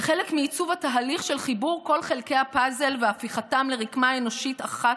כחלק מעיצוב התהליך של חיבור כל חלקי הפאזל והפיכתם לרקמה אנושית אחת,